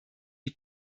die